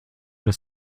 dass